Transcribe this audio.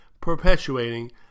perpetuating